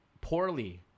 poorly